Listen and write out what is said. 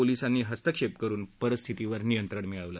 पोलिसांनी हस्तक्षेप करुन परिस्थितीवर नियंत्रण मिळवलं